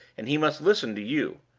and he must listen to you.